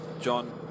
John